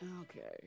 okay